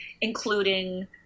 including